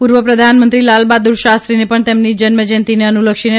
પુર્વ પ્રધાનમંત્રી લાલબહાદુર શાસ્ત્રીને ૈણ તેમની જન્મજયંતીને અનુલક્ષીને